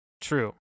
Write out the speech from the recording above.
True